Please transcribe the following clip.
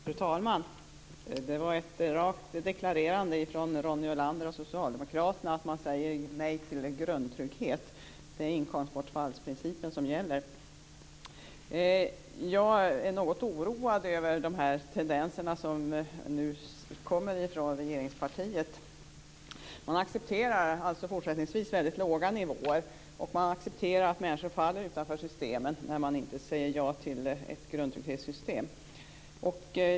Fru talman! Det var rakt deklarerat från Ronny Olander och Socialdemokraterna. Man säger nej till grundtrygghet. Det är inkomstbortfallsprincipen som gäller. Jag är något oroad över de tendenser som kommer från regeringspartiet. Man accepterar fortsättningsvis väldigt låga nivåer, och man accepterar att människor faller utanför systemen när man inte säger ja till ett grundtrygghetssystem.